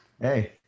hey